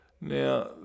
Now